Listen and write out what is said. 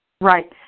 Right